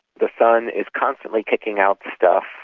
the sun is constantly kicking out stuff,